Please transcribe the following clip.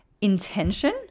intention